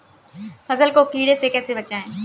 फसल को कीड़े से कैसे बचाएँ?